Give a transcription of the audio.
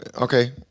Okay